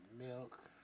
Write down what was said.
milk